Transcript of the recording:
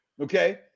Okay